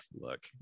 look